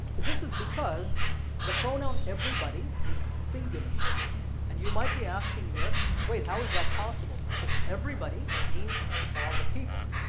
this is because the pronoun everybody is singular and you might be asking here wait how is that possible because everybody means all the people.